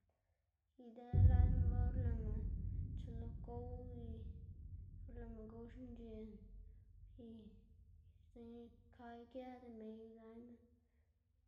idëꞌ layma or lëꞌma tselo gow y or lëꞌma gow xinc̲h̲en y dzekna ka ikeda mey layma.